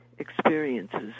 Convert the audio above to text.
experiences